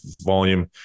volume